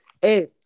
Hey